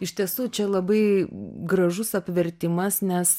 iš tiesų čia labai gražus apvertimas nes